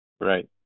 Right